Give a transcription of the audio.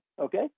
Okay